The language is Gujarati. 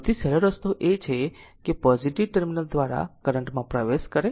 સૌથી સહેલો રસ્તો એ પોઝીટીવ ટર્મિનલ દ્વારા કરંટ માં પ્રવેશ કરે